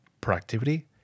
productivity